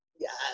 Yes